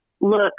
look